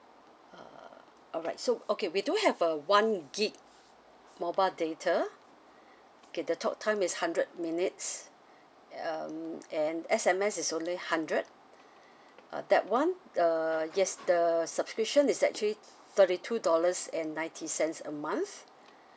err alright so okay we do have a one gig mobile data okay the talktime is hundred minutes um and S_M_S is only hundred uh that [one] err yes the subscription is actually thirty two dollars and ninety cents a month